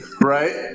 Right